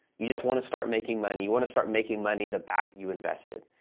you just wanna start making money. you wanna start making money the back you invested.